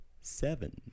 Seven